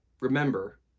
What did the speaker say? Remember